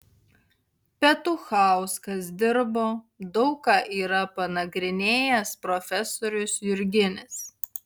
petuchauskas dirbo daug ką yra panagrinėjęs profesorius jurginis